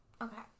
Okay